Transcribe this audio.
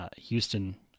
Houston